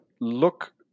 look